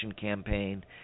campaign